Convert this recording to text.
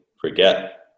forget